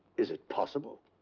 is it possible?